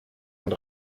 und